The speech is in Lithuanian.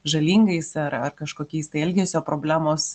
žalingais ar ar kažkokiais tai elgesio problemos